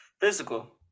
physical